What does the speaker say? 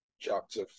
chapter